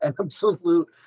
absolute